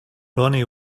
ronnie